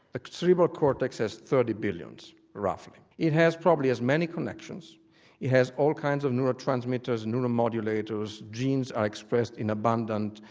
the cerebral cortex has thirty billion, roughly it has probably as many connections it has all kinds of neuro-transmitters, neuro-modulators, genes are expressed in abundant,